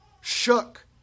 shook